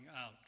out